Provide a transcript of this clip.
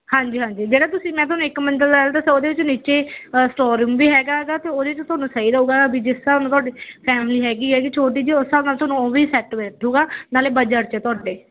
ਹਾਂਜੀ ਹਾਂਜੀ ਜਿਹੜਾ ਤੁਸੀਂ ਮੈਂ ਤੁਹਾਨੂੰ ਇੱਕ ਮੰਜ਼ਿਲ ਵਾਲਾ ਦੱਸਿਆ ਉਹਦੇ ਨੀਚੇ ਸਟੋਰ ਰੂਮ ਵੀ ਹੈਗਾ ਗਾ ਅਤੇ ਉਹਦੇ 'ਚ ਤੁਹਾਨੂੰ ਸਹੀ ਰਹੇਗਾ ਵੀ ਜਿਸ ਹਿਸਾਬ ਨਾਲ ਤੁਹਾਡੀ ਫੈਮਲੀ ਹੈਗੀ ਹੈ ਜੀ ਛੋਟੀ ਜਿਹੀ ਉਸ ਹਿਸਾਬ ਨਾਲ ਤੁਹਾਨੂੰ ਉਹ ਵੀ ਸੈਟ ਬੈਠੂਗਾ ਨਾਲ ਬਜਟ 'ਚ ਤੁਹਾਡੇ